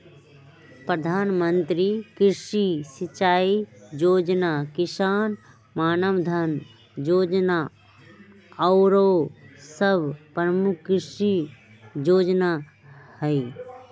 प्रधानमंत्री कृषि सिंचाई जोजना, किसान मानधन जोजना आउरो सभ प्रमुख कृषि जोजना हइ